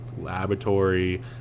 laboratory